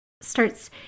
starts